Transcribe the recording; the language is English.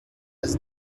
has